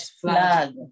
flag